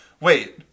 wait